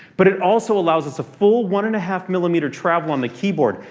but it also allows us a full one and a half millimeter travel on the keyboard.